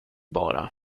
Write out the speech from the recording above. bara